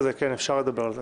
כן, אפשר לדבר על זה.